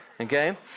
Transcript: Okay